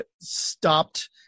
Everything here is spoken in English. stopped